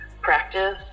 practice